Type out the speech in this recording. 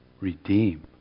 Redeem